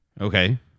Okay